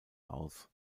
aus